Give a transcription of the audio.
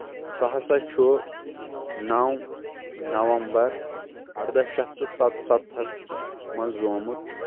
سُہ ہسا چھُ نو نومبر اردہ شیٚتھ تہٕ ستستھَس منٛز زامُت